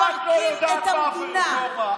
אתם מפרקים את המדינה.